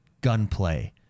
gunplay